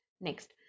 Next